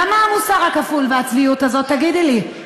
למה המוסר הכפול והצביעות הזאת, תגידי לי?